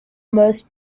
most